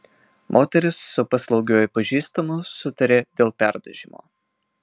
moteris su paslaugiuoju pažįstamu sutarė dėl perdažymo